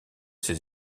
ses